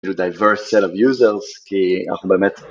דייברס סט אוב יוזרס כי אנחנו באמת